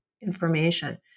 information